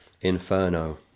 Inferno